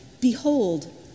behold